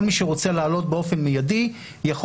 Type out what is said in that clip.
כל מי שרוצה לעלות באופן מיידי יכול